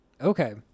Okay